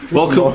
Welcome